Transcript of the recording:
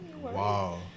wow